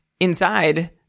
Inside